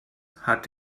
hat